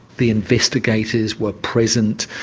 the investigators were present,